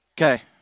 Okay